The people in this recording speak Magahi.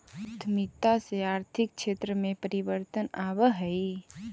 उद्यमिता से आर्थिक क्षेत्र में परिवर्तन आवऽ हई